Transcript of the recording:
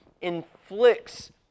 inflicts